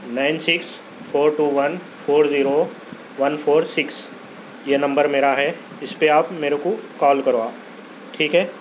nine six four two one four zero one four six یہ نمبر میرا ہے اس پہ آپ میرے کو کال کرو آپ ٹھیک ہے